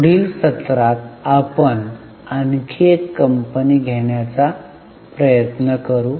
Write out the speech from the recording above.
पुढच्या सत्रात आपण आणखी एक कंपनी घेण्याचा प्रयत्न करु